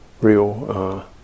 real